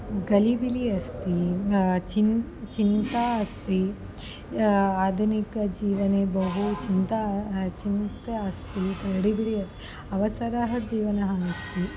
गलिबिलि अस्ति चिन्ता चिन्ता अस्ति आधुनिकजीवने बह्वी चिन्ता चिन्ता अस्ति गडिबिडि अस्ति अवसरः जीवनम् अस्ति